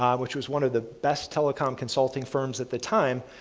um which was one of the best telecom consulting firms at the time,